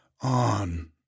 On